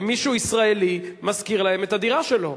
מישהו ישראלי משכיר להם את הדירה שלו.